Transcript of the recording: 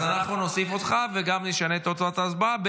אז אנחנו נוסיף אותך וגם נשנה את תוצאות ההצבעה.